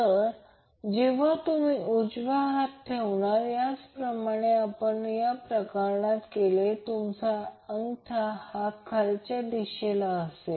तर जेव्हा तुम्ही उजवा हात ठेवणार याच प्रमाणे जसे आपण या प्रकरणात केले तुमचा अंगठा हा खालच्या दिशेला असेल